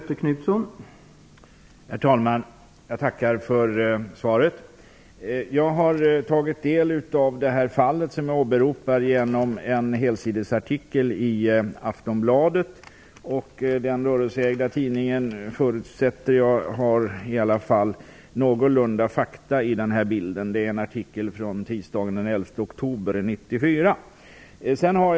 Herr talman! Jag tackar för svaret. Jag har tagit del av det fall som jag åberopar genom en helsidesartikel i Aftonbladet. Jag förutsätter att denna rörelseägda tidning har i varje fall någorlunda goda fakta i detta sammanhang. Det är en artikel från tisdagen den 11 oktober 1994.